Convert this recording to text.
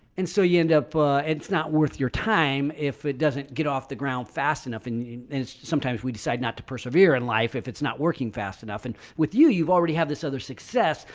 and so you end up it's not worth your time if it doesn't get off the ground fast enough and sometimes we decide not to persevere in life. if it's not working fast enough, and with you, you've already have this other success.